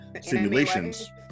simulations